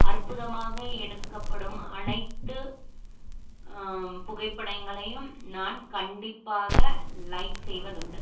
அற்புதமாக எடுக்கப்படும் அனைத்து புகைப்படங்களையும் நான் கண்டிப்பாக லைக் செய்வதுண்டு